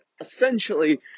essentially